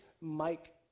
Mike